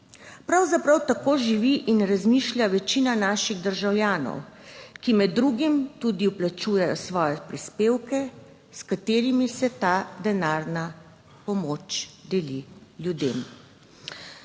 Pravzaprav tako živi in razmišlja večina naših državljanov, ki med drugim tudi vplačujejo svoje prispevke, s katerimi se ta denarna pomoč deli ljudem.